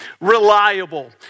reliable